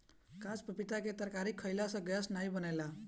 काच पपीता के तरकारी खयिला से गैस नाइ बनेला